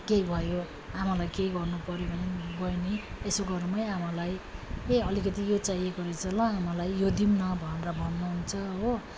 केही भयो आमालाई केही गर्नु पर्यो भने बहिनी यसो गरौँ है आमालाई ए अलिकति यो चाहिएको रहेछ ल आमालाई यो दिऊँ न भनेर भन्नु हुन्छ हो